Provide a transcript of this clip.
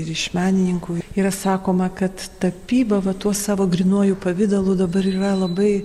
ir iš menininkų yra sakoma kad tapyba va tuo savo grynuoju pavidalu dabar yra labai